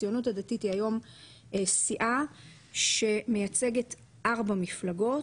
הציונות הדתית היא היום סיעה שמייצגת ארבע מפלגות: